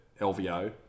LVO